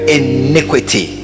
iniquity